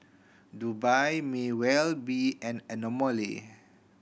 Dubai may well be an anomaly